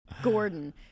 gordon